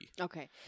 Okay